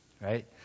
right